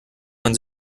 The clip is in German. man